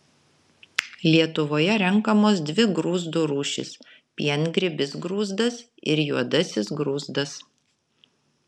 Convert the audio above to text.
lietuvoje renkamos dvi grūzdų rūšys piengrybis grūzdas ir juodasis grūzdas